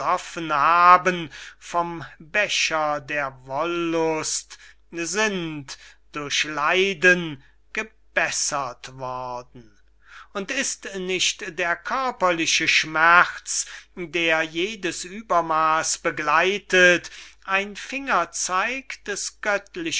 haben vom becher der wollust sind durch leiden gebessert worden und ist nicht der körperliche schmerz den jedes uebermaas begleitet ein fingerzeig des göttlichen